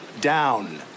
down